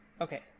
okay